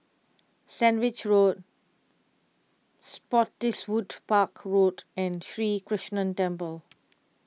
Sandwich Road Spottiswoode Park Road and Sri Krishnan Temple